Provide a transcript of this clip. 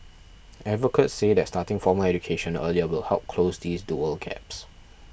advocates say that starting formal education earlier will help close these dual gaps